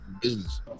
business